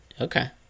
Okay